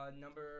number